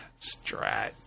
Strat